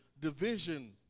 division